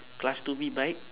class two B bike